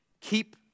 Keep